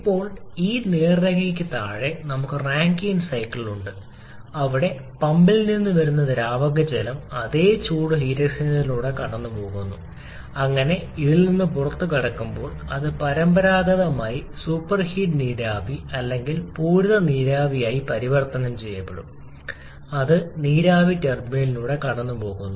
ഇപ്പോൾ ഈ നേർരേഖയ്ക്ക് താഴെ നമുക്ക് റാങ്കൈൻ സൈക്കിൾ ഉണ്ട് അവിടെ പമ്പിൽ നിന്ന് വരുന്ന ദ്രാവക ജലം അതേ ചൂട് എക്സ്ചേഞ്ചറിലൂടെ കടന്നുപോകുന്നു അങ്ങനെ ഇതിൽ നിന്ന് പുറത്തുകടക്കുമ്പോൾ അത് പരമ്പരാഗതമായി സൂപ്പർഹീഡ് നീരാവി അല്ലെങ്കിൽ പൂരിത നീരാവി ആയി പരിവർത്തനം ചെയ്യപ്പെടും അത് നീരാവി ടർബൈനിലൂടെ കടന്നുപോകുന്നു